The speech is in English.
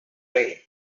rain